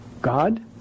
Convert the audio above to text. God